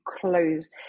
close